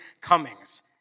Cummings